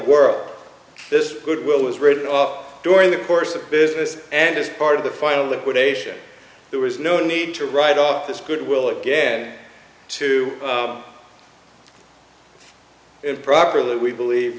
world this goodwill was written off during the course of business and as part of the final liquidation there was no need to write off this good will again to improperly we believe